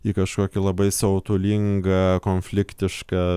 į kažkokį labai siautulingą konfliktišką